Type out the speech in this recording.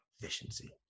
efficiency